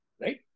right